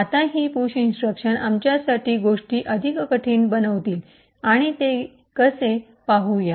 आता हि push instruction आमच्यासाठी गोष्टी अधिक कठीण बनवतील आणि कसे ते पाहू या